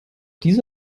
diese